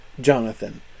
Jonathan